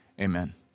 Amen